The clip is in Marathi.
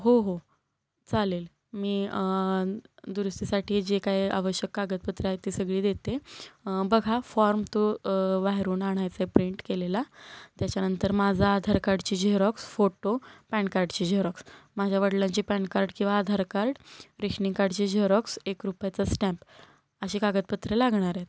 हो हो चालेल मी दुरुस्तीसाठी जे काय आवश्यक कागदपत्रं आहेत ती सगळी देते बघा फॉर्म तो वाहेरून आणायचं आहे प्रिंट केलेला त्याच्यानंतर माझा आधार कार्डची झेरॉक्स फोटो पॅन कार्डचे झेरॉक्स माझ्या वडिलांची पॅन कार्ड किंवा आधार कार्ड रेशनिंग कार्डची झेरॉक्स एक रुपयाचा स्टॅम्प असे कागदपत्रे लागणार आहेत